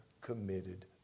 committed